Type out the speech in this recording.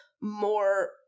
more